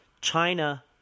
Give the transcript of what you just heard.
China